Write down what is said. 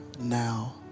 now